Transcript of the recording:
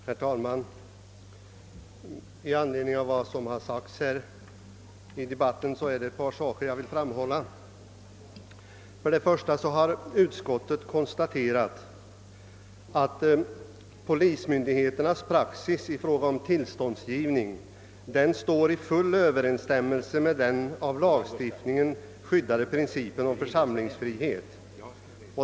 Herr talman! Med anledning av vad som sagts i debatten vill jag framhålla ett par saker. Utskottet har konstaterat att polismyndigheternas praxis i fråga om tillståndsgivning står i full överensstämmelse med den av lagen skyddade principen om församlingsfrihet.